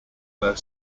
their